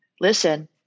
listen